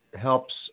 helps